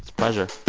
pleasure